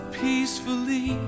peacefully